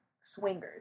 swingers